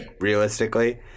realistically